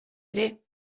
ere